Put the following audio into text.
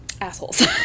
assholes